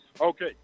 Okay